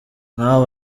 nawe